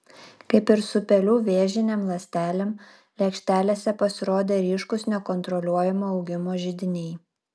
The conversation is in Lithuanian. kaip ir su pelių vėžinėm ląstelėm lėkštelėse pasirodė ryškūs nekontroliuojamo augimo židiniai